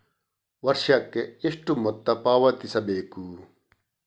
ವರ್ಷಕ್ಕೆ ಎಷ್ಟು ಮೊತ್ತ ಪಾವತಿಸಬೇಕು?